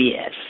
yes